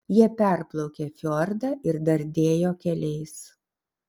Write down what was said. jie perplaukė fjordą ir dardėjo keliais